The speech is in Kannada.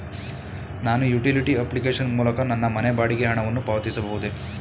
ನಾನು ಯುಟಿಲಿಟಿ ಅಪ್ಲಿಕೇಶನ್ ಮೂಲಕ ನನ್ನ ಮನೆ ಬಾಡಿಗೆ ಹಣವನ್ನು ಪಾವತಿಸಬಹುದೇ?